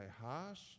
harsh